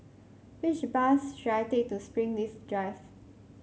which bus should I take to Springleaf Drive